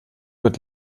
wird